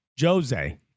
Jose